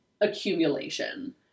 accumulation